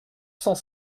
cent